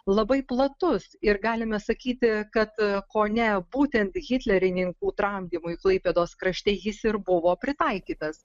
labai platus ir galime sakyti kad kone būtent hitlerininkų tramdymui klaipėdos krašte jis ir buvo pritaikytas